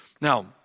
Now